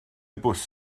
bws